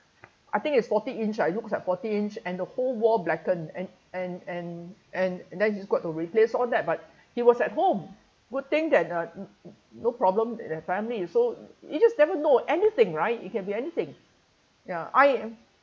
I think it's forty inch ah it looks at forty inch and the whole wall blackened and and and and then he got to replace all that but he was at home good thing that uh no problem the the family so you just never know anything right it can be anything ya I am